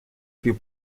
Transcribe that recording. più